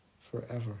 forever